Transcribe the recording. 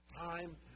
time